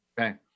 Okay